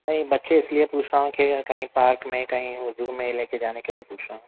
نہیں بچے اس لیے پوچھ رہا ہوں کہ کہیں پارک میں کہیں زو میں لے کے جانے کے لیے پوچھ رہا ہوں